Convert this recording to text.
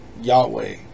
Yahweh